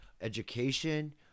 Education